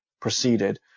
proceeded